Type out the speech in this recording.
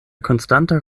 konstanta